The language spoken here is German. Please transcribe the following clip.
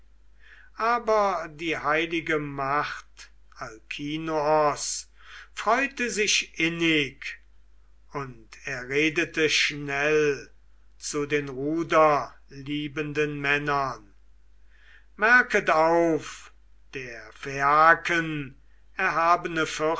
aber die heilige macht alkinoos freute sich innig und er redete schnell zu den ruderliebenden männern merket auf der phaiaken erhabene